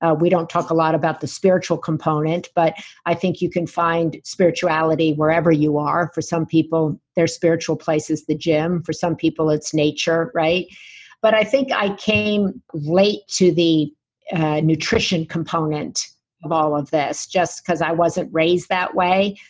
ah we don't talk a lot about the spiritual component, but i think you can find spirituality wherever you are. for some people their spiritual place is the gym. for some people it's nature, right but i think i came late to the nutrition component of all of this, just because i wasn't raised that way,